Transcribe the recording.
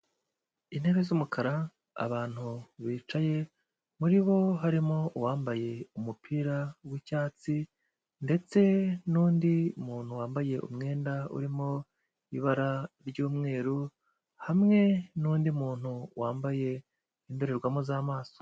Intebe z'umukara, abantu bicaye muri bo harimo uwambaye umupira w'icyatsi ndetse n'undi muntu wambaye umwenda urimo ibara ry'umweru, hamwe n'undi muntu wambaye indorerwamo z'amaso.